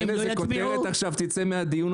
אתה נותן איזה כותרת עכשיו על הרכבים.